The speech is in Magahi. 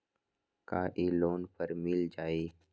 का इ लोन पर मिल जाइ?